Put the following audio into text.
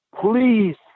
please